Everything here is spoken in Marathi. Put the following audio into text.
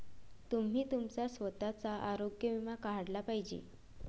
तुम्ही तुमचा स्वतःचा आरोग्य विमा काढला पाहिजे